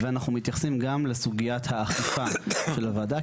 ואנחנו מתייחסים גם לסוגיית האכיפה של הוועדה.